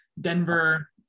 Denver